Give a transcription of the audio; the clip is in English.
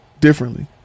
differently